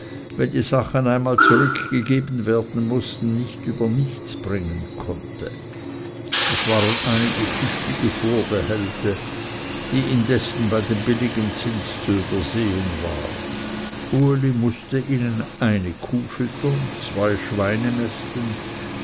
wenn die sachen einmal zurückgegeben werden mußten nicht über nichts bringen konnte es waren einige tüchtige vorbehälte die indessen bei dem billigen zins zu übersehen waren uli mußte ihnen eine kuh füttern zwei